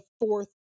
fourth